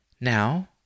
Now